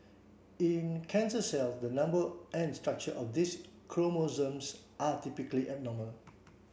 in cancer cells the number and structure of these chromosomes are typically abnormal